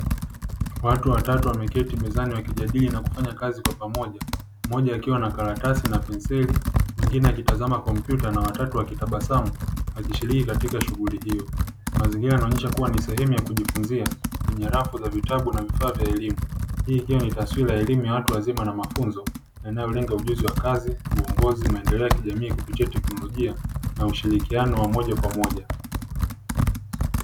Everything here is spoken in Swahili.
Watu watatu wameketi mezani wakijadili na kufanya kazi kwa pamoja mmoja akiwa na karatasi na penseli mwingine akitazama kompyuta na watatu wakitabasamu akishiriki katika shughuli hiyo. Mazingira yanaonyesha kuwa ni sehemu ya kujifunza yenye rafu za vitabu na vifaa vya elimu hiyo ni taswira ya elimu ya watu wazima na mafunzo yanayolenga ujuzi wa kazi, uongozi, maendeleo ya kijamii kupitia teknolojia na ushirikiano wa moja kwa moja.